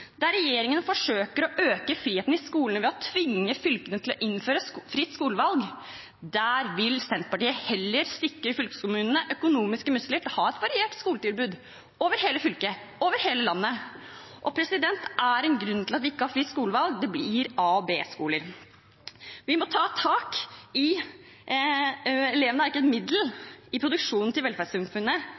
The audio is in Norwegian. Der regjeringen forsøker å øke friheten i skolene ved å tvinge fylkene til å innføre fritt skolevalg – der vil Senterpartiet heller sikre fylkeskommunene økonomiske muskler til å ha et variert skoletilbud, over hele fylket, over hele landet. Det er en grunn til at vi ikke har fritt skolevalg. Det blir a- og b-skoler. Elevene er ikke et middel i produksjonen til velferdssamfunnet.